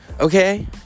okay